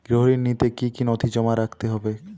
গৃহ ঋণ নিতে কি কি নথি জমা রাখতে হবে?